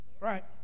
Right